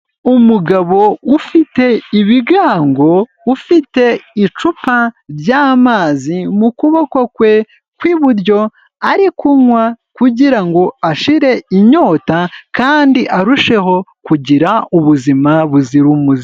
Umugabo ufite ibigango, ufite icupa ry'amazi mu kuboko kwe kw'iburyo ari kunywa kugira ngo ashire inyota kandi arusheho kugira ubuzima buzira umuze.